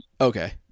Okay